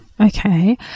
Okay